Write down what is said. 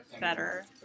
better